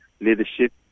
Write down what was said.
leadership